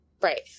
Right